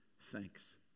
thanks